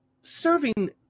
serving